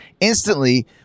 instantly